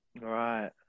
Right